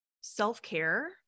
self-care